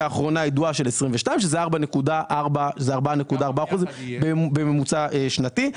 האחרונה הידועה של 22' שזה 4.4% בממוצע שנתי.